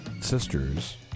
sisters